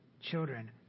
children